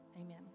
Amen